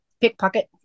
pickpocket